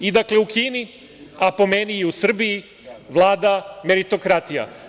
U Kini, a po meni i u Srbiji, vlada meritokratija.